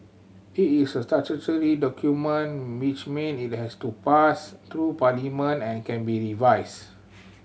it is a statutory document which mean it has to pass through Parliament and can be revised